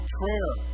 prayer